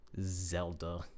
Zelda